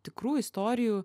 tikrų istorijų